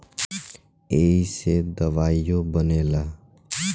ऐइसे दवाइयो बनेला